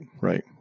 right